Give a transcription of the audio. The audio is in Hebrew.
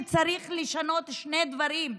שצריך לשנות שני דברים: